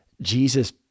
Jesus